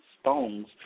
stones